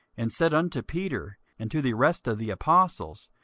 and said unto peter and to the rest of the apostles,